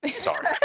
Sorry